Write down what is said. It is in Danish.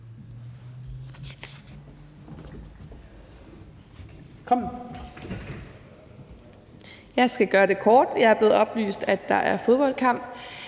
(SF): Jeg skal gøre det kort. Jeg er blevet oplyst, at der er fodboldkamp.